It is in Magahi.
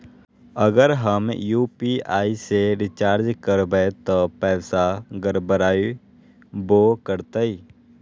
अगर हम यू.पी.आई से रिचार्ज करबै त पैसा गड़बड़ाई वो करतई?